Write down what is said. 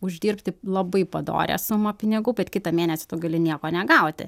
uždirbti labai padorią sumą pinigų bet kitą mėnesį tu gali nieko negauti